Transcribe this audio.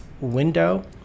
window